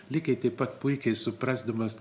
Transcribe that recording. lygiai taip pat puikiai suprasdamas